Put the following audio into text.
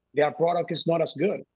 their product is not as good.